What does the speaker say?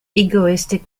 egoistic